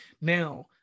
Now